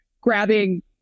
grabbing